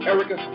Erica